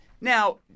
Now